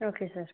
okay sir